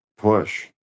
push